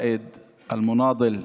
(אומר בערבית: